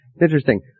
interesting